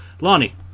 Lonnie